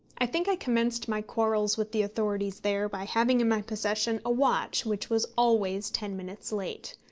i think i commenced my quarrels with the authorities there by having in my possession a watch which was always ten minutes late.